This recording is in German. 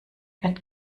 wird